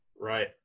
Right